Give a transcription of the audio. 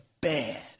bad